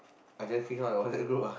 I just kick him out the WhatsApp group ah